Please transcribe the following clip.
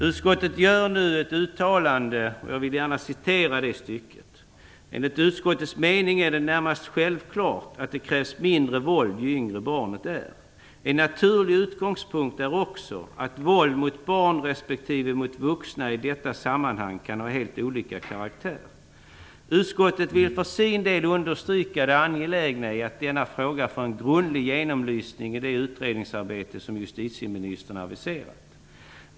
Utskottet gör nu ett uttalande, och jag vill gärna citera det stycket: "Enligt utskottets mening är det närmast självklart att det krävs mindre våld ju yngre barnet är. En naturlig utgångspunkt är också att våld mot barn respektive mot vuxna i detta sammanhang kan ha helt olika karaktär. Utskottet vill för sin del understryka det angelägna i att denna fråga får en grundlig genomlysning i det utredningsarbete som justitieministern aviserat.